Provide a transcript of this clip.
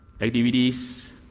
activities